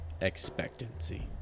expectancy